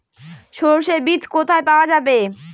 সর্ষে বিজ কোথায় পাওয়া যাবে?